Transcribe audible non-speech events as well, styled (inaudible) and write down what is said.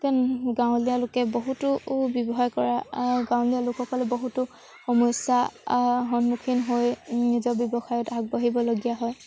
(unintelligible) গাঁৱলীয়া লোকে বহুতো ব্যৱসায় কৰা গাঁৱলীয়া লোকসকলে বহুতো সমস্যা সন্মুখীন হৈ নিজৰ ব্যৱসায়ত আগবাঢ়িবলগীয়া হয়